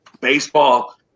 baseball